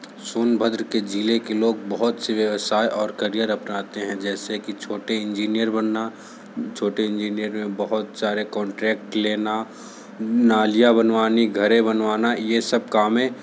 सोनभद्र के ज़िले के लोग बहुत से व्यवसाय और करियर अपनाते हैं जैसे की छोटे इन्जीनियर बनना छोटे इन्जीनियर में बहुत सारे कॉन्ट्रेक्ट लेना नालियाँ बनवानी घरें बनवाना यह सब काम